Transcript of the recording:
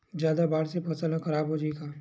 जादा बाढ़ से फसल ह खराब हो जाहि का?